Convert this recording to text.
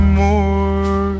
more